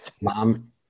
Mom